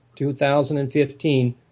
2015